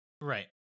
Right